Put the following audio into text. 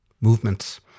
movements